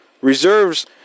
Reserves